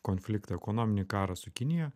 konfliktą ekonominį karą su kinija